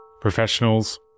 professionals